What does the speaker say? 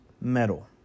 metal